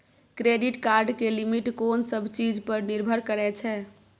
Credit card के limit कोन सब चीज पर निर्भर करै छै?